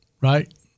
Right